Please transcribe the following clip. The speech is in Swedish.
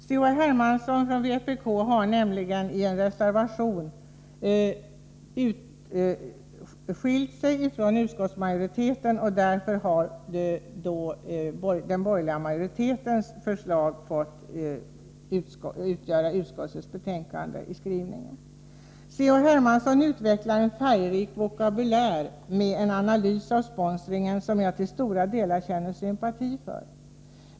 Carl-Henrik Hermansson från vpk har nämligen i en reservation skilt sig från utskottsmajoriteten, och därför har det borgerliga förslaget fått utgöra utskottets skrivning på denna punkt. Carl-Henrik Hermansson utvecklar med färgrik vokabulär en analys av sponsringen som jag till stora delar känner sympati för.